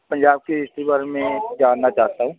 ਪੰਜਾਬ ਕੀ ਹਿਸਟਰੀ ਬਾਰੇ ਮੇਂ ਜਾਣਨਾ ਚਾਹਤਾ ਹੂੰ